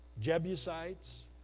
Jebusites